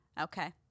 Okay